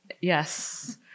Yes